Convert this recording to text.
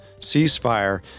ceasefire